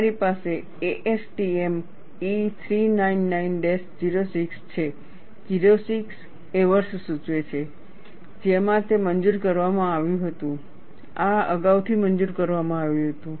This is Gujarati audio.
તમારી પાસે ASTM E399 06 છે 06 એ વર્ષ સૂચવે છે કે જેમાં તે મંજૂર કરવામાં આવ્યું હતું અથવા અગાઉથી મંજૂર કરવામાં આવ્યું હતું